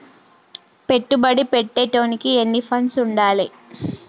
పెట్టుబడి పెట్టేటోనికి ఎన్ని ఫండ్స్ ఉండాలే?